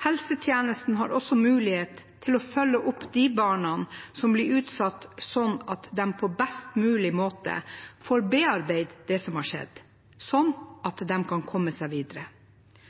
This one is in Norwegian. Helsetjenesten har også mulighet til å følge opp de barna som blir utsatt, slik at de på best mulig måte får bearbeidet det som har skjedd, og slik at de kan komme seg videre.